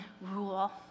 rule